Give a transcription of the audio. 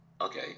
okay